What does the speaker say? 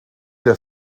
der